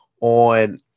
on